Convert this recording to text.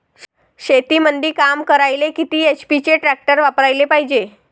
शेतीमंदी काम करायले किती एच.पी चे ट्रॅक्टर वापरायले पायजे?